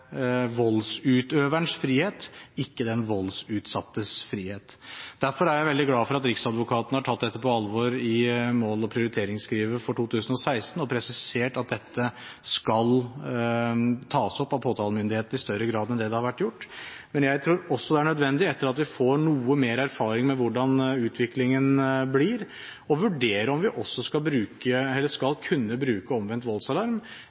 voldsutøverens frihet, ikke den voldsutsattes frihet. Derfor er jeg veldig glad for at Riksadvokaten har tatt dette på alvor i mål- og prioriteringsskrivet for 2016 og presisert at dette skal tas opp av påtalemyndigheten i større grad enn det det har vært gjort. Men jeg tror det er nødvendig – etter at vi har fått noe mer erfaring med hvordan utviklingen blir – å vurdere om vi også skal kunne bruke omvendt voldsalarm ved besøksforbud etter straffeprosessloven eller